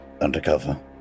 undercover